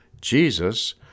Jesus